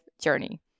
journey